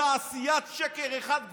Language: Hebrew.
תעשיית שקר אחת גדולה.